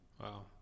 Wow